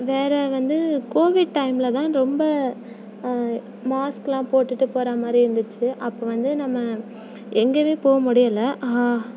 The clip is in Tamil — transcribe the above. வேறு வந்து கோவிட் டைமில் தான் ரொம்ப மாஸ்க்குலாம் போட்டுகிட்டு போகிறா மாதிரி இருந்துச்சு அப்போ வந்து நம்ம எங்கேயுமே போக முடியலை